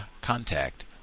contact